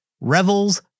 revels